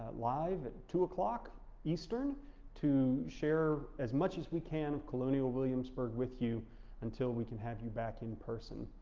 live at two o'clock eastern to share as much as we can of colonial williamsburg with you until we can have you back in person.